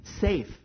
safe